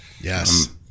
yes